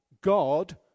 God